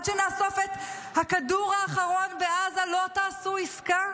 עד שנאסוף את הכדור האחרון בעזה לא תעשו עסקה?